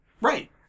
Right